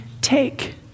Take